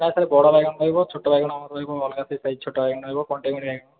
sir sir ବଡ଼ ବାଇଗଣ ରହିବ ଛୋଟ ବାଇଗଣ ରହିବ ଅଲଗା ସେଇ ସାଇଜ୍ ଛୋଟ ବାଇଗଣ ରହିବ